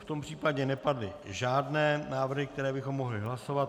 V tom případě nepadly žádné návrhy, které bychom mohli hlasovat.